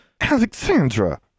Alexandra